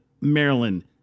Maryland